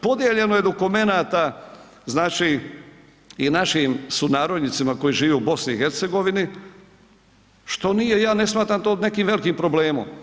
Podijeljeno je dokumenata znači i našim sunarodnjacima koji žive u BiH, što nije, ja ne smatram to nekim velikim problemom.